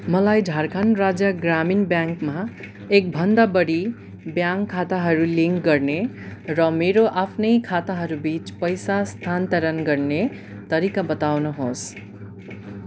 मलाई झारखण्ड राज्य ग्रामीण ब्याङ्कमा एकभन्दा बढी ब्याङ्क खाताहरू लिङ्क गर्ने र मेरो आफ्नै खाताहरू बिच पैसा स्थानान्तरण गर्ने तरिका बताउनुहोस्